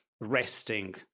resting